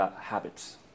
habits